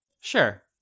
Sure